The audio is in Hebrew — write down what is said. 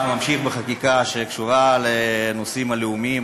אנחנו נמשיך בחקיקה שקשורה לנושאים הלאומיים.